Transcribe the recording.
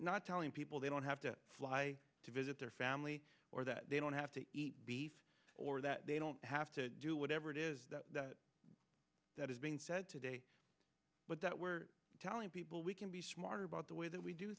not telling people they don't have to fly to visit their family or that they don't have to eat beef or that they don't have to do whatever it is that is being said today but that we're telling people we can be smarter about the way that we do